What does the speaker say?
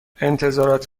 انتظارات